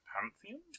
Pantheon